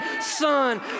son